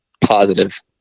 positive